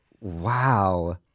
Wow